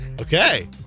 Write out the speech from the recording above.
Okay